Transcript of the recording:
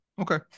Okay